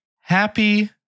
Happy